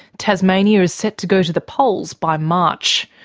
tasmania is set to go to the polls by march.